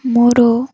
ମୋର